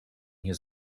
nie